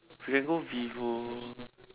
we can go Vivo